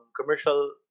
commercial